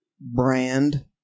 brand